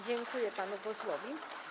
Dziękuję panu posłowi.